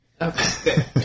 Okay